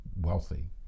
wealthy